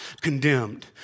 condemned